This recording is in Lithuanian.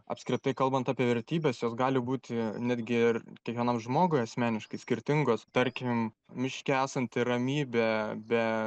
apskritai kalbant apie vertybes jos gali būti netgi ir kiekvienam žmogui asmeniškai skirtingos tarkim miške esanti ramybė be